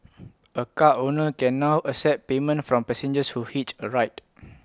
A car owner can now accept payment from passengers who hitch A ride